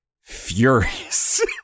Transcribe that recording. furious